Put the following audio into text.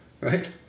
right